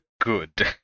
good